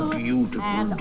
beautiful